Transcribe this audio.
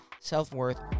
self-worth